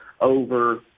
over